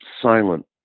Silent